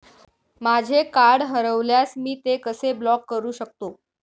माझे कार्ड हरवल्यास मी ते कसे ब्लॉक करु शकतो?